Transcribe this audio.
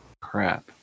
Crap